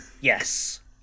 yes